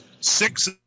six